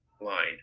line